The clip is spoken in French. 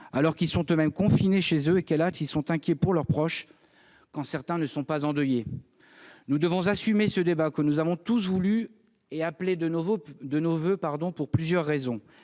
alors qu'ils sont eux-mêmes confinés chez eux et que, hélas, ils sont inquiets pour leurs proches, quand certains ne sont pas endeuillés. Nous devons assumer ce débat que nous avons tous voulu et appelé de nos voeux, pour plusieurs raisons.